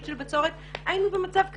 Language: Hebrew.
היינו במצב קטסטרופלי.